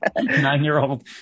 nine-year-old